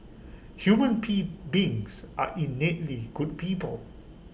human be beings are innately good people